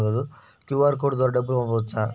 QR code ద్వారా డబ్బులు పంపవచ్చా?